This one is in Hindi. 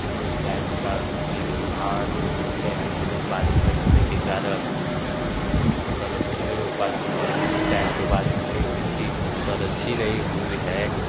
जिस जिस टाइम का गेहूँ धान भी बोते हैं तो लोग बारिश नहीं होने के कारण किसी की फसल अच्छी नहीं हो पाती है इस टाइम तो बारिश नहीं हुई थी फसल अच्छी नहीं हुई है